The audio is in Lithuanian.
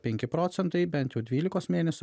penki procentai bent jau dvylikos mėnesių